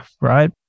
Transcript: right